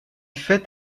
fait